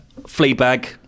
Fleabag